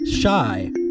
shy